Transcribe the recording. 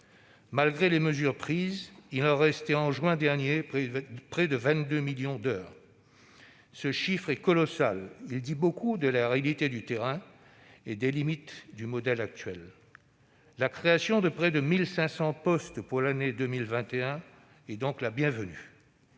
malgré les mesures prises, il en restait près de 22 millions au mois de juin dernier. Ce chiffre est colossal ; il dit beaucoup de la réalité du terrain et des limites du modèle actuel. La création de près de 1 500 postes pour l'année 2021 est donc la bienvenue.